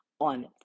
on